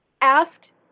asked